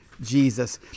Jesus